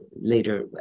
later